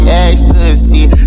ecstasy